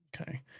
Okay